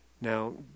Now